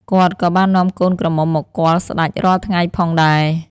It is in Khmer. គាត់ក៏បាននាំកូនក្រមុំមកគាល់សេ្តចរាល់ថៃ្ងផងដែរ។